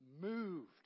moved